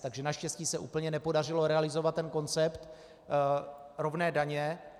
Takže naštěstí se úplně nepodařilo realizovat ten koncept rovné daně.